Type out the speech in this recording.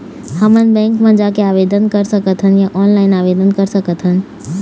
हमन बैंक मा जाके आवेदन कर सकथन या ऑनलाइन आवेदन कर सकथन?